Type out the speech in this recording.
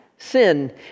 Sin